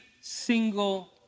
single